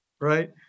right